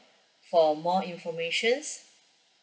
for more information